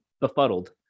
befuddled